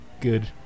good